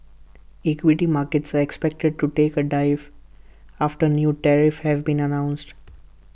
equity markets are expected to take A dive after new tariffs have been announced